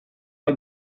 bat